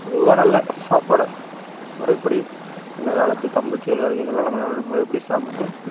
பொதுவாக நல்ல சாப்பாடை முறைப்படி அந்த காலத்து கம்பு கேழ்வரகு இதெல்லாம் நம்மளை முறைப்படி சாப்பிட்டுட்டு